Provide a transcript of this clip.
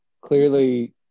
clearly